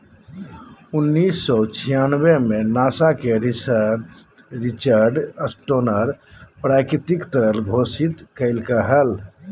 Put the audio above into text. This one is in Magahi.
उन्नीस सौ छियानबे में नासा के रिचर्ड स्टोनर प्राकृतिक तरल घोषित कइलके हल